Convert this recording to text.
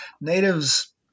Natives